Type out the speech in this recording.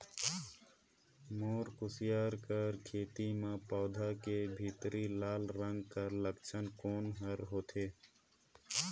मोर कुसियार कर खेती म पौधा के भीतरी लाल रंग कर लक्षण कौन कर होथे?